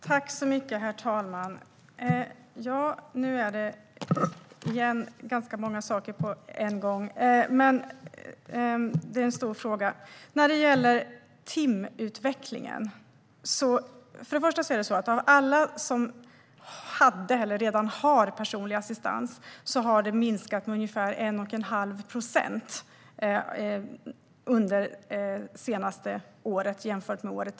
Herr talman! Nu är det återigen ganska många saker på en gång, men det är en stor fråga. När det gäller timutvecklingen är det så att för dem som hade eller redan har personlig assistans har antalet timmar minskat med ungefär 1 1⁄2 procent under det senaste året jämfört med tidigare år.